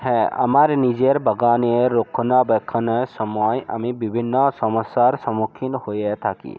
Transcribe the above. হ্যাঁ আমার নিজের বাগানের রক্ষণাবেক্ষণের সময় আমি বিভিন্ন সমস্যার সম্মুখীন হয়ে থাকি